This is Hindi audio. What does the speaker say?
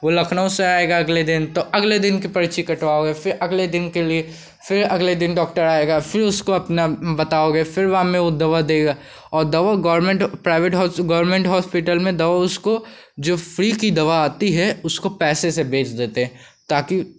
वह लखनऊ से आएगा अगले दिन तो अगले दिन की पर्ची कटवाओगे फिर अगले दिन के लिए फिर अगले दिन डॉक्टर आएगा फिर उसको अपना बताओगे फिर वह हमें वह दवा देगा और दवा गोमेंट प्राईवेट होस गोरमेंट होस्पिटल में दवा उसको जो फ्री की दवा आती है उसको पैसे से बेच देते हैं ताकी